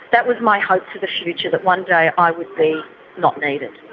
that was my hope for the future, that one day i would be not needed.